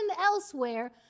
elsewhere